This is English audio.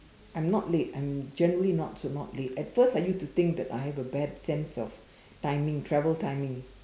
I'm not late I'm generally not so not late at first I used to think I have a bad sense of timing travel timing